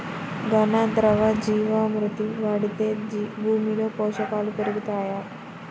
ఘన, ద్రవ జీవా మృతి వాడితే భూమిలో పోషకాలు పెరుగుతాయా?